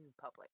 public